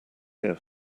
here